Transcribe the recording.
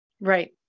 right